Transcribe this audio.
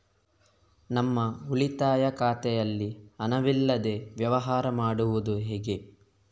ನಮ್ಮ ಉಳಿತಾಯ ಖಾತೆಯಲ್ಲಿ ಹಣವಿಲ್ಲದೇ ವ್ಯವಹಾರ ಮಾಡುವುದು ಹೇಗೆ?